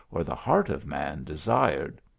or the heart of man desired.